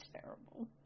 terrible